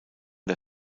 der